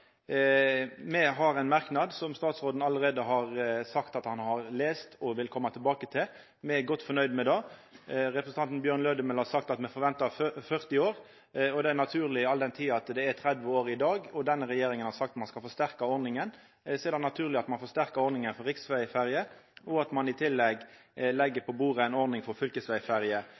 Me har ein merknad som statsråden allereie har sagt at han har lese og vil koma tilbake til. Me er godt fornøgde med det. Representanten Bjørn Lødemel har sagt at me forventar 40 år, og det er naturleg all den tid det er 30 år i dag, og denne regjeringa har sagt at me skal forsterka ordninga. Så er det naturleg at ein forsterkar ordninga for riksvegferjer, og at ein i tillegg legg på bordet ei ordning for fylkesvegferjer.